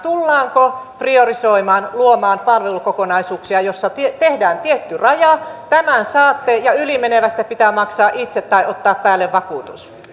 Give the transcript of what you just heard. tullaanko priorisoimaan luomaan palvelukokonaisuuksia joissa tehdään tietty raja tämän saatte ja ylimenevästä pitää maksaa itse tai ottaa päälle vakuutus